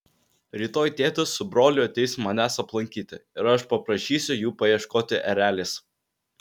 rytoj tėtis su broliu ateis manęs aplankyti ir aš paprašysiu jų paieškoti erelės